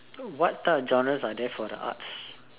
what types of genres are there for the arts